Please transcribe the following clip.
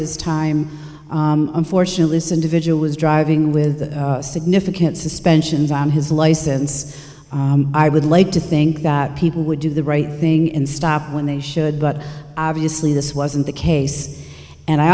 this time unfortunately this individual was driving with significant suspensions on his license i would like to think that people would do the right thing and stop when they should but obviously this wasn't the case and i